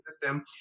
system